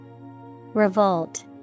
Revolt